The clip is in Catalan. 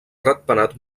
ratpenat